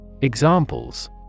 Examples